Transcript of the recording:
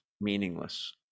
meaningless